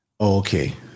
okay